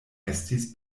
estis